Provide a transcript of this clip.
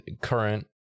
current